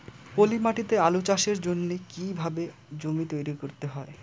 পলি মাটি তে আলু চাষের জন্যে কি কিভাবে জমি তৈরি করতে হয়?